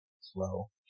slow